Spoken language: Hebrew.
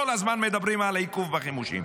כל הזמן מדברים על עיכוב בחימושים.